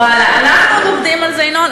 ואללה, אנחנו עוד עובדים על זה, ינון.